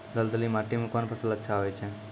दलदली माटी म कोन फसल अच्छा होय छै?